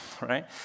right